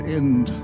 end